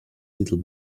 little